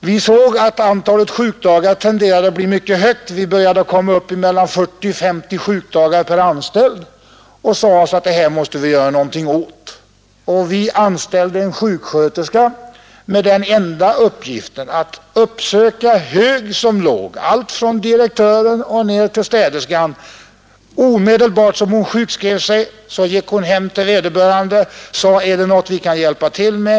Vi såg att antalet sjukdagar tenderade att bli mycket högt — vi började komma upp i 40—50 sjukdagar per anställd och år. Vi sade oss att det här måste vi göra någonting åt. Vi anställde en sjuksköterska med den enda uppgiften att uppsöka hög som låg — så snart som någon sjukskrev sig. Hon gick hem till vederbörande och sade: Är det någonting vi kan hjälpa till med?